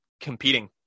competing